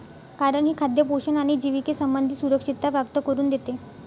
कारण हे खाद्य पोषण आणि जिविके संबंधी सुरक्षितता प्राप्त करून देते